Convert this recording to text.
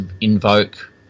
invoke